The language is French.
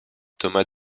thomas